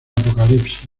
apocalipsis